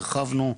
הרחבנו,